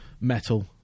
metal